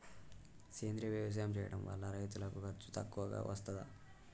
సేంద్రీయ వ్యవసాయం చేయడం వల్ల రైతులకు ఖర్చు తక్కువగా వస్తదా?